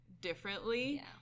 differently